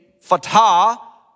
fatah